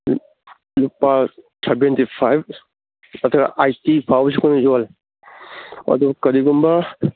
ꯂꯨꯄꯥ seventy five ꯅꯠꯇ꯭ꯔ eighty ꯐꯥꯎꯗꯤ ꯑꯩꯈꯣꯏꯅ ꯌꯣꯜꯂꯦ ꯑꯗꯣ ꯀꯔꯤꯒꯨꯝꯕ